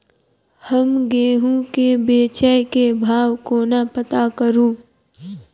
हम गेंहूँ केँ बेचै केँ भाव कोना पत्ता करू?